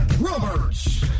Roberts